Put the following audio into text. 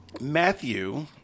Matthew